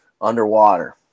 underwater